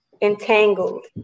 entangled